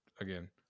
again